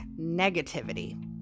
negativity